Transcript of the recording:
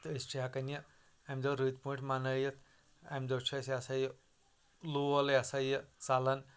تہٕ أسۍ چھِ ہٮ۪کَان یہِ اَمہِ دۄہ رٔتۍ پٲٹھۍ مَنٲیِتھ اَمہِ دۄہ چھِ اَسہِ یہِ ہسا یہِ لول یہِ ہَسا یہِ ژَلَان